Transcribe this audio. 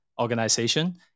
organization